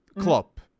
Klopp